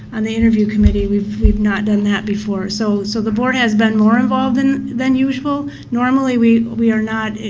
on the interview committee. we've we've not done that before. so, so the board has been more involved than than usual. normally we we are not